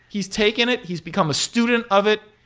he's taken it. he's become a student of it.